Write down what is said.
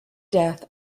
death